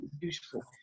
beautiful